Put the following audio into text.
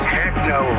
techno